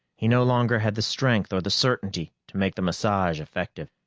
he no longer had the strength or the certainty to make the massage effective.